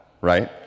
right